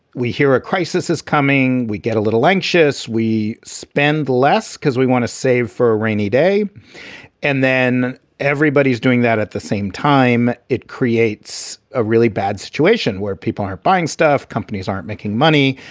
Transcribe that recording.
we hear a crisis is coming. we get a little anxious. we spend less because we want to save for a rainy day and then everybody's doing that at the same time. it creates a really bad situation where people are buying stuff. companies aren't making money.